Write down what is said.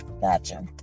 Gotcha